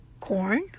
corn